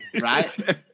right